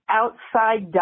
outside